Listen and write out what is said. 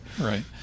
Right